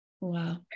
Wow